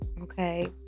Okay